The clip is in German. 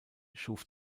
schuf